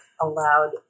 allowed